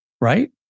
right